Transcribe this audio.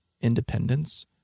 independence